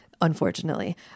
unfortunately